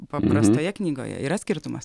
paprastoje knygoje yra skirtumas